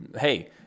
Hey